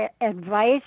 advice